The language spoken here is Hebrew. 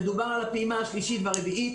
מדובר על הפעימה השלישית והרביעית.